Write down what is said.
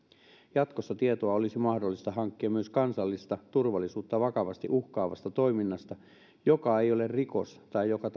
jatkossa tietoa olisi mahdollista hankkia myös kansallista turvallisuutta vakavasti uhkaavasta toiminnasta joka ei ole rikos tai joka